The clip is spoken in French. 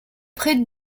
près